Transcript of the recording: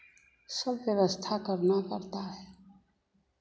सब व्यवस्था करना पड़ता है